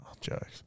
jokes